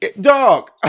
Dog